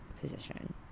position